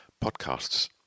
podcasts